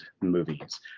movies